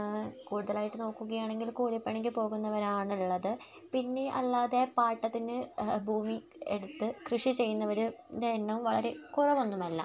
കൂടുതലായിട്ട് നോക്കുകയാണെങ്കിൽ കൂലിപ്പണിക്ക് പോകുന്നവരാണ് ഉള്ളത് പിന്നെ അല്ലാതെ പാട്ടത്തിന് ഭൂമി എടുത്ത് കൃഷി ചെയ്യുന്നവരുടെ എണ്ണം വളരെ കുറവൊന്നുമല്ല